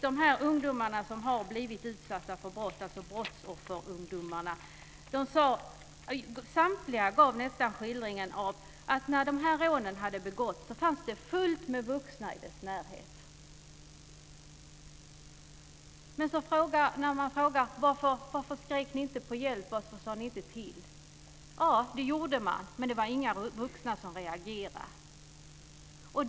De ungdomar som har blivit utsatta för brott, dvs. brottsoffren, gav nästan samtliga en skildring av att när rånen hade begåtts fanns det fullt med vuxna i deras närhet. När man frågade varför de inte skrek på hjälp eller sade till, svarade de att de gjorde det men att inga vuxna reagerade.